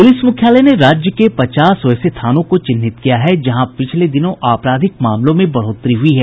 police मुख्यालय ने राज्य के पचास वैसे थानों को चिन्हित किया है जहां पिछले दिनों आपराधिक मामलों में बढ़ोतरी हुई है